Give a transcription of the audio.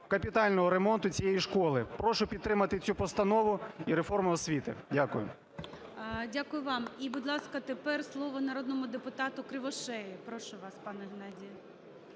капітального ремонту цієї школи. Прошу підтримати цю постанову і реформу освіти. Дякую. ГОЛОВУЮЧИЙ. Дякую вам. І, будь ласка, тепер слово народному депутатуКривошеї. Прошу вас, пане Геннадію.